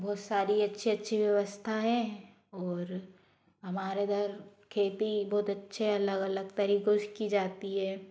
बहुत सारी अच्छी अच्छी व्यवस्था है और हमारे इधर खेती बहुत अच्छे अलग अलग तरीकों से की जाती है